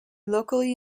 locally